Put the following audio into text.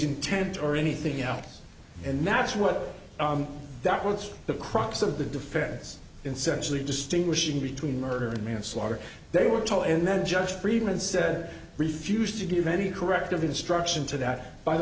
intent or anything else and that's what that was the crux of the defense in centrally distinguishing between murder and manslaughter they were tall and then just friedman said refused to give any corrective instruction to that by the